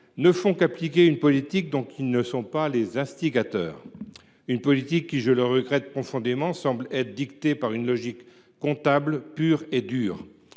ne font qu’appliquer une politique dont ils ne sont pas les instigateurs, une politique, je le regrette profondément, dictée par une logique comptable pure et dure.